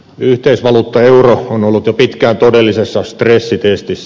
yhteisvaluutta euro on ollut jo pitkään todellisessa stressitestissä